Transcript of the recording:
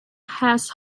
has